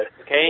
okay